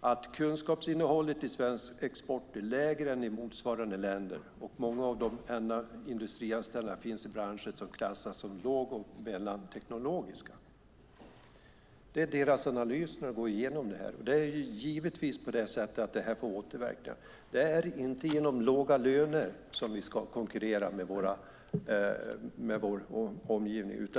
att kunskapsinnehållet i svensk export är lägre än i motsvarande länder. Många av de industrianställda finns i branscher som klassas som låg och mellanteknologiska. Det är deras analys när de går igenom detta. Det här får givetvis återverkningar. Det är inte genom låga löner som vi ska konkurrera med vår omgivning.